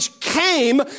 came